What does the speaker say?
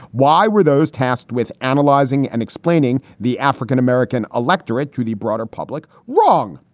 why were those tasked with analyzing and explaining the african-american electorate to the broader public? wrong.